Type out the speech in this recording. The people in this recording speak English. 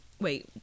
wait